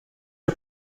are